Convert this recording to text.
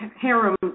harem